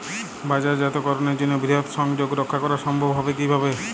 বাজারজাতকরণের জন্য বৃহৎ সংযোগ রক্ষা করা সম্ভব হবে কিভাবে?